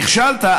נכשלת,